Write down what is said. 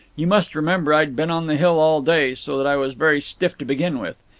you must remember i'd been on the hill all day, so that i was very stiff to begin with.